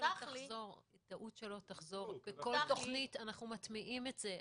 והובטח לי -- זאת טעות שלא תחזור כי כל תכנית אנחנו מטמיעים את זה.